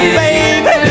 baby